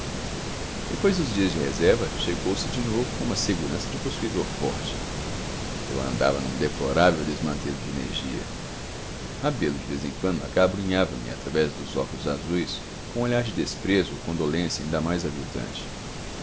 depois dos dias de reserva chegou-se de novo com uma segurança de possuidor forte eu andava num deplorável desmantelo de energia rebelo de vez em quando acabrunhava me através dos óculos azuis com um olhar de desprezo ou condolência ainda mais aviltante